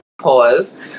Pause